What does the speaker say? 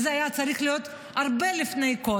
זה היה צריך להיות הרבה יותר מוקדם.